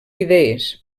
idees